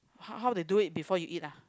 how how they do it before you eat ah